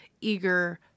eager